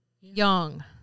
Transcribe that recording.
Young